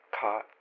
caught